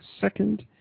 second